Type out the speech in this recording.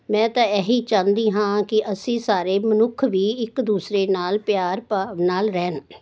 ਮੈਂ ਤਾਂ ਇਹੀ ਚਾਹੁੰਦੀ ਹਾਂ ਕਿ ਅਸੀਂ ਸਾਰੇ ਮਨੁੱਖ ਵੀ ਇੱਕ ਦੂਸਰੇ ਨਾਲ ਪਿਆਰ ਭਾਵ ਨਾਲ ਰਹਿਣ